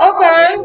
Okay